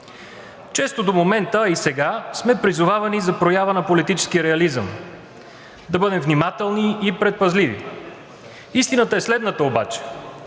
До момента, а и сега, често сме призовавани за проява на политически реализъм – да бъдем внимателни и предпазливи. Истината е следната обаче: